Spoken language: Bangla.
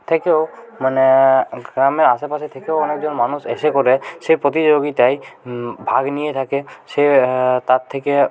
থেকেও মানে গ্রামের আশেপাশের থেকেও অনেকজন মানুষ এসে পড়ে সেই প্রতিযোগিতায় ভাগ নিয়ে থাকে সে তার থেকে